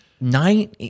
nine